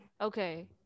okay